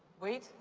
wait?